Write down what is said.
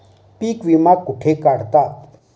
पीक विमा कुठे काढतात?